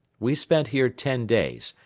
we spent here ten days,